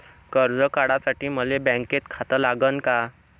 कर्ज काढासाठी मले बँकेत खातं लागन का?